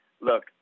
look